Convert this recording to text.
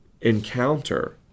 encounter